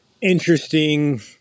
Interesting